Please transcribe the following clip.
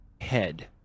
head